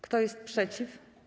Kto jest przeciw?